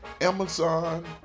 Amazon